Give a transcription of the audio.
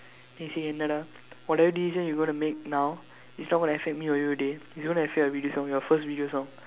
then he said என்னடா:ennadaa whatever decision you gonna make now it's not gonna affect me or you dey it's gonna affect your video song your first video song